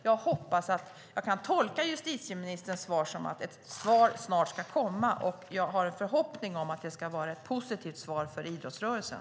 Jag hoppas att jag kan tolka justitieministerns svar som att ett besked snart ska komma. Jag har en förhoppning om att det ska vara ett positivt besked för idrottsrörelsen.